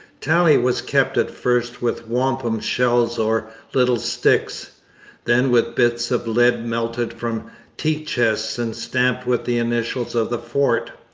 tally was kept at first with wampum shells or little sticks then with bits of lead melted from teachests and stamped with the initials of the fort.